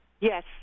Yes